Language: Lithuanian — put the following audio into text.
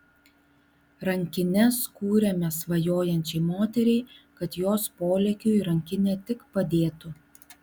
rankines kūrėme svajojančiai moteriai kad jos polėkiui rankinė tik padėtų